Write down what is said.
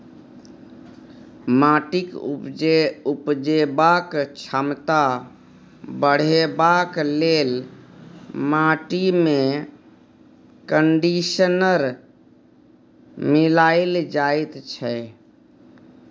माटिक उपजेबाक क्षमता बढ़ेबाक लेल माटिमे कंडीशनर मिलाएल जाइत छै